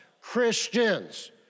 Christians